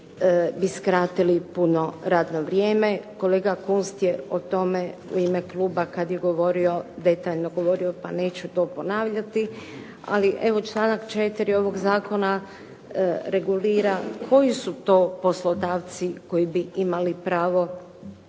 bi skratili puno radno vrijeme. Kolega Kunst je o tome u ime kluba kad je govorio detaljno govorio pa neću to ponavljati. Ali evo, članak 4. ovog zakona regulira koji su to poslodavci koji bi imali pravo